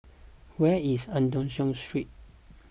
where is Eu Tong Sen Street